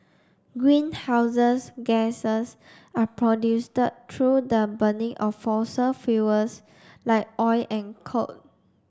greenhouses gases are through the burning of fossil fuels like oil and coal